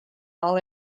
all